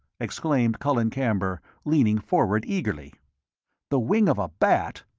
exclaimed colin camber, leaning forward eagerly the wing of a bat?